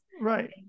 Right